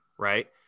Right